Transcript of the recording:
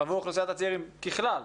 עבור אוכלוסיית הצעירים ככלל?